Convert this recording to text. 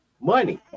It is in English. money